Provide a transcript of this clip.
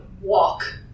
walk